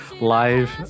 live